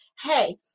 Hey